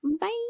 Bye